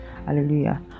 hallelujah